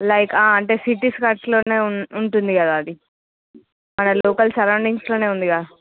like అంటే cities అట్లానే ఉంటుం ఉంటుంది కదా అది అది లోకల్ సరౌండింగ్స్ లోనే ఉందిగా